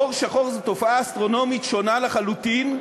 חור שחור זו תופעה אסטרונומית שונה לחלוטין,